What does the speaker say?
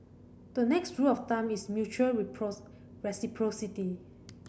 the next rule of thumb is mutual reciprocity